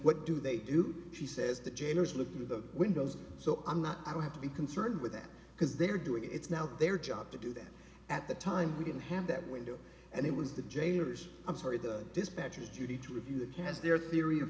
what do they do she says the jailers look through the windows so i'm not i don't have to be concerned with that because they're doing it it's now their job to do that at the time we didn't have that window and it was the jailers i'm sorry the dispatcher's judy to review that has their theory of